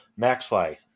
Maxfly